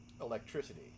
electricity